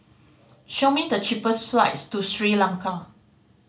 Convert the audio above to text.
show me the cheapest flights to Sri Lanka